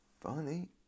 funny